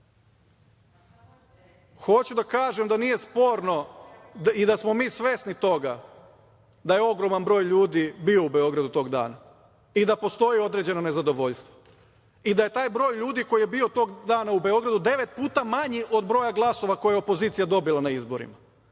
da kažem da nije sporno i da smo mi svesni toga da je ogroman broj ljudi bio u Beogradu toga dana i da postoji određeno nezadovoljstvo i da je taj broj ljudi koji je bio toga dana u Beogradu devet puta manji od broja glasova koje je opozicija dobila na izborima